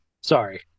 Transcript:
Sorry